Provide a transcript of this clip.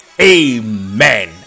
amen